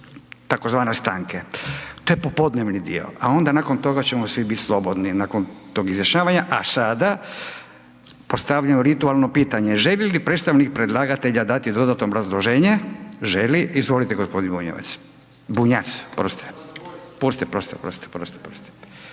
tzv. stanke. To je popodnevni dio a onda nakon toga ćemo svi bit slobodni, nakon tog izjašnjavanja a sada postavljam ritualno pitanje, želi li predstavnik predlagatelja dati dodatno obrazloženje? Želi, izvolite, g. Bunjac. U jutarnjem djelu, izvolite.